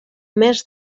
més